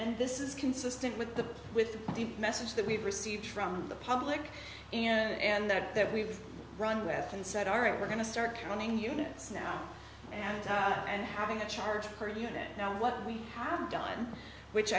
and this is consistent with the with the message that we've received from the public and that that we've run with and said all right we're going to start running units now and time and having a charge per unit now what we have done which